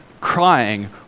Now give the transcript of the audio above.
crying